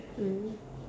mm